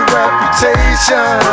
reputation